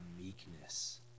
meekness